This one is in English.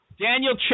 Daniel